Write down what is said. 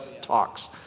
talks